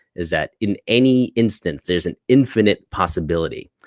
is that in any instance, there's an infinite possibility.